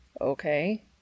Okay